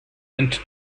and